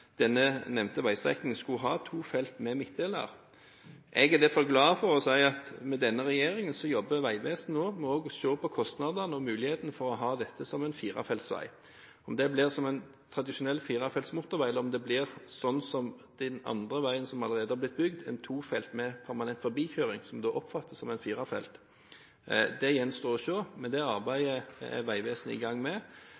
denne nevnte veistrekningen skulle ha to felt med midtdeler. Jeg er derfor glad for å si at med denne regjeringen jobber Vegvesenet også med å se på kostnadene og muligheten for å ha dette som en firefelts vei. Om det blir en tradisjonell firefelts motorvei, eller om det blir som den andre veien som allerede har blitt bygd, en tofelts med permanent forbikjøring, som da oppfattes som en firefelts vei, gjenstår å se. Men det arbeidet er Vegvesenet i gang med. Når det